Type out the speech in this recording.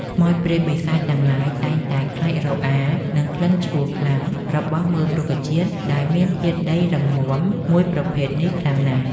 ខ្មោចព្រាយបិសាចទាំងឡាយតែងតែខ្លាចរអានឹងក្លិនឆួលខ្លាំងរបស់មើមរុក្ខជាតិដែលមានធាតុដីរឹងមាំមួយប្រភេទនេះខ្លាំងណាស់។